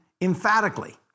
emphatically